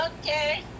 Okay